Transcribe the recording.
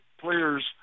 players –